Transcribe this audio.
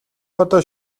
одоо